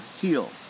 heal